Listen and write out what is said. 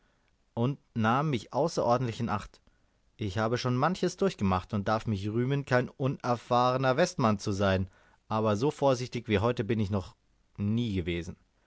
und nahm mich außerordentlich in acht ich habe schon manches durchgemacht und darf mich rühmen kein unerfahrener westmann zu sein aber so vorsichtig wie heut bin ich doch noch nie gewesen